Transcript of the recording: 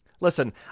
Listen